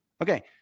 Okay